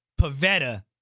Pavetta